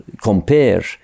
compare